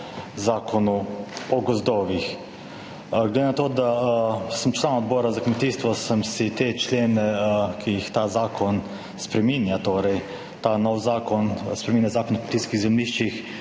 in 54. členu. Glede na to, da sem član Odbora za kmetijstvo, sem si člene, ki jih ta zakon spreminja, torej ta novi zakon spreminja Zakon o kmetijskih zemljiščih,